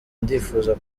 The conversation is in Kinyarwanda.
ndifuza